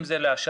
אם זה להשבה,